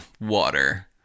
water